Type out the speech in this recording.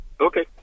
Okay